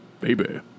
baby